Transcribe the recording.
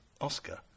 Oscar